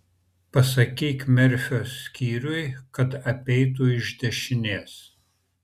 pasakyk merfio skyriui kad apeitų iš dešinės